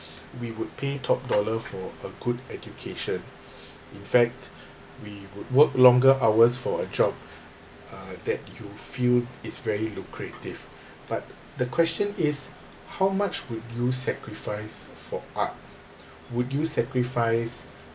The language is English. we would pay top dollar for a good education in fact we would work longer hours for a job uh that you feel it's very lucrative but the question is how much would you sacrifice for art would you sacrifice